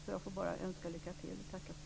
Jag får önska lycka till och tacka så mycket.